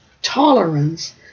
Tolerance